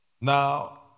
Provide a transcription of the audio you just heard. Now